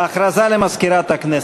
הודעה למזכירת הכנסת,